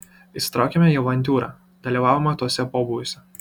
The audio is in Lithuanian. įsitraukėme į avantiūrą dalyvavome tuose pobūviuose